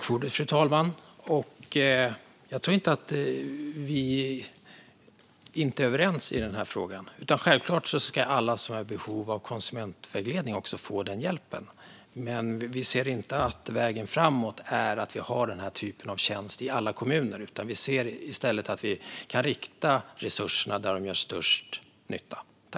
Fru talman! Jag tror inte att vi inte är överens i frågan. Självklart ska alla som är i behov av konsumentvägledning också få den hjälpen. Men vi anser inte att vägen framåt är att ha den typen av tjänst i alla kommuner, utan i stället anser vi att resurserna ska riktas dit där de gör störst nytta.